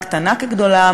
קטנה כגדולה,